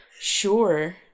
sure